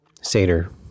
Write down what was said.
Seder